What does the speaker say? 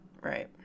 right